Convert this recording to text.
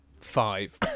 five